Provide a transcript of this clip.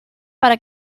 para